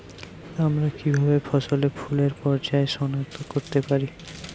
আমরা কিভাবে ফসলে ফুলের পর্যায় সনাক্ত করতে পারি?